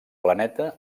planeta